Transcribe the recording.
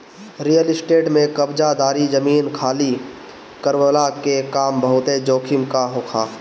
real estate में कब्ज़ादारी, जमीन खाली करववला के काम बहुते जोखिम कअ होला